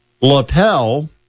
Lapel